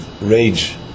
rage